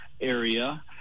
area